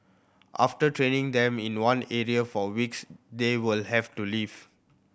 after training them in one area for weeks they will have to leave